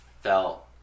felt